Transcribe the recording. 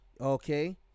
okay